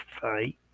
fight